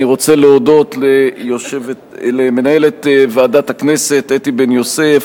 אני רוצה להודות למנהלת ועדת הכנסת אתי בן-יוסף,